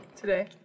Today